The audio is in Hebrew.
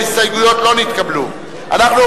ההסתייגויות של קבוצת